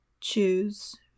choose